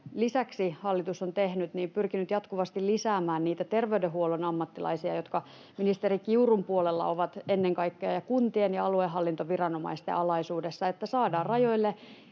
se, että on pyrkinyt jatkuvasti lisäämään niitä terveydenhuollon ammattilaisia, jotka ovat ennen kaikkea ministeri Kiurun puolella ja kun-tien ja aluehallintoviranomaisten alaisuudessa, että saadaan rajoille